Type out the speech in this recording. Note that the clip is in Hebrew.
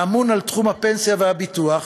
האמון על תחום הפנסיה והביטוח,